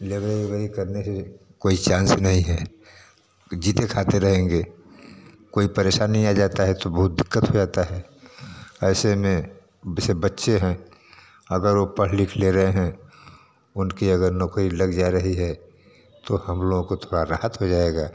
लेबरई उबरई करने के कोई चांस नहीं हैं जीते खाते रहेंगे कोई परेशानी आ जाता है तो बहुत दिक्कत हो जाता है ऐसे में जैसे बच्चे हैं अगर वो पढ़ लिख ले रहे हैं उनकी अगर नौकरी लग जा रही है तो हम लोगों को थोड़ा राहत हो जाएगा